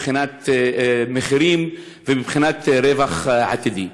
מבחינת מחירים ומבחינת רווח עתידי.